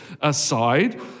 aside